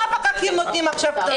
בלאו הכי נותנים עכשיו קנסות.